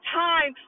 time